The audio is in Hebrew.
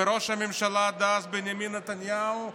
וראש הממשלה דאז, בנימין נתניהו,